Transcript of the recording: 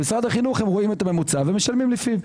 במשרד החינוך הם רואים את הממוצע ומשלמים לפיו,